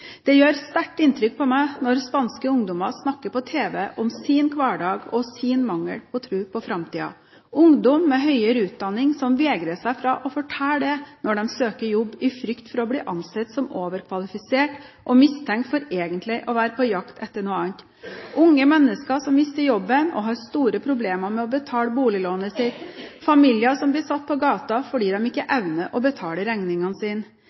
Det gjør sterkt inntrykk på meg når spanske ungdommer snakker på tv om sin hverdag og mangel på tro på framtiden, ungdom med høyere utdanning som vegrer seg for å fortelle det når de søker jobb, i frykt for å bli ansett som overkvalifisert og mistenkt for egentlig å være på jakt etter noe annet. Det er unge mennesker som har mistet jobben, og som har store problemer med å betale boliglånet sitt. Familier blir satt på gaten fordi de ikke evner å betale regningene